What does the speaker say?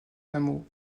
hameau